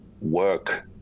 work